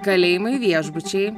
kalėjimai viešbučiai